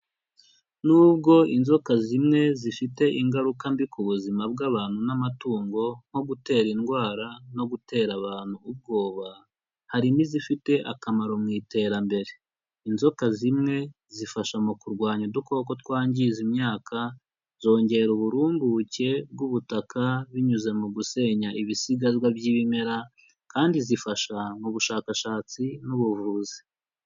Nubwo inzoka zimwe zifite ingaruka mbi ku buzima bw'abantu n'amatungo nko gutera indwara no gutera abantu ubwoba, hari n'izifite akamaro mu iterambere, inzoka zimwe zifasha mu kurwanya udukoko twangiza imyaka, zongera uburumbuke bw'ubutaka binyuze mu gusenya ibisigazwa by'ibimera, kandi zifasha mu bushakashatsi n'ubuvuzi.